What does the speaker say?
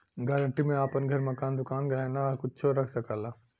guarantee में आपन घर, मकान, दुकान, गहना कुच्छो रख सकला